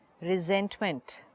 Resentment